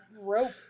rope